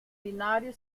binario